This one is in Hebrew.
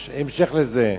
יש המשך לזה.